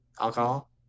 alcohol